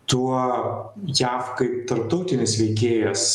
tuo jav kaip tarptautinis veikėjas